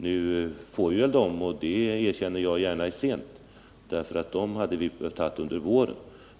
Nu får vi dessa åtgärder, men jag erkänner gärna att det är sent, eftersom vi hade behövt ha dem under våren.